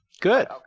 Good